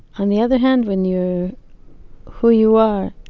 on the other hand, when you're who you are,